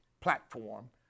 platform